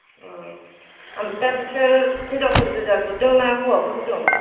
अ ओमफ्राय दा नोंसोर हिनजावफोर गोजा गुरदों ना हौवाफोरबो दं